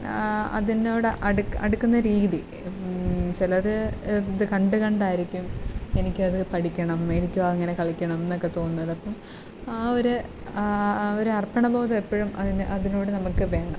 അതിനോട് അടുക്കുന്ന രീതി ചിലർ ഇതു കണ്ടു കണ്ടായിരിക്കും എനിക്കത് പഠിക്കണം എനിക്കും അങ്ങനെ കളിക്കണമെന്നൊക്കെ തോന്നുന്നത് അപ്പം ആ ഒരു ആ ഒരു അർപ്പണ ബോധം എപ്പോഴും അതിന് അതിനോടു നമുക്കു വേണം